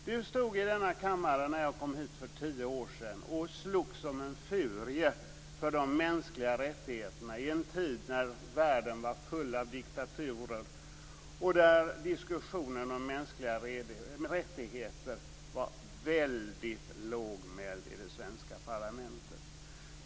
Du stod här i kammaren när jag kom hit för tio år sedan och slogs som en furie för de mänskliga rättigheterna, i en tid när världen var full av diktaturer och när diskussionen om mänskliga rättigheter var väldigt lågmäld i det svenska parlamentet.